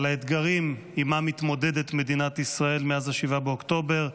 באתגרים שעימם מתמודדת מדינת ישראל מאז 7 באוקטובר,